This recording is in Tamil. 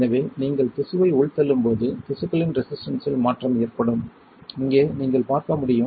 எனவே நீங்கள் திசுவை உள்தள்ளும் போது திசுக்களின் ரெசிஸ்டன்ஸ்ஸில் மாற்றம் ஏற்படும் இங்கே நீங்கள் பார்க்க முடியும்